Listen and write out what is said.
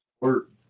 work